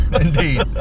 Indeed